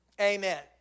Amen